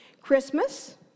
Christmas